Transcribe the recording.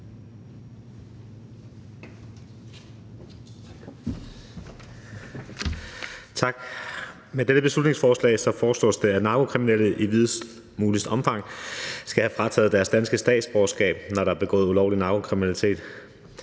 Tak. Med dette beslutningsforslag foreslås det, at narkokriminelle i videst muligt omfang skal have frataget deres danske statsborgerskab, når der er begået narkokriminalitet.